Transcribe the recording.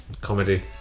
Comedy